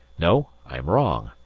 no! i am wrong,